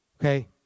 Okay